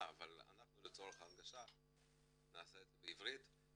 אבל אנחנו לצורך ההנגשה נעשה את זה בעברית.